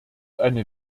eine